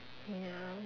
ya